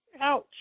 Ouch